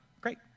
Great